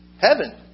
Heaven